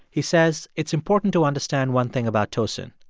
he says it's important to understand one thing about tosin.